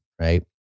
right